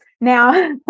Now